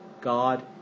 God